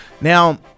Now